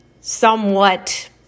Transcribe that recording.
somewhat